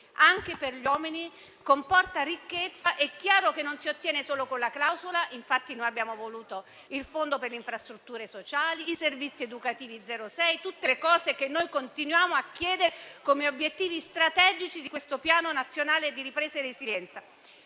anche per gli uomini, e comporta ricchezza. È chiaro che non si ottiene solo con la clausola. È per tale ragione che abbiamo voluto il Fondo per le infrastrutture sociali e i servizi educativi zero-sei; tutte misure che noi continuiamo a chiedere come obiettivi strategici del Piano nazionale di ripresa e resilienza.